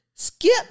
Skip